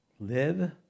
Live